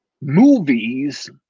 movies